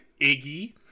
Iggy